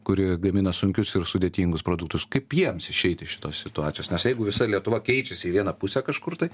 kuri gamina sunkius ir sudėtingus produktus kaip jiems išeiti iš šitos situacijos nes jeigu visa lietuva keičiasi į vieną pusę kažkur tai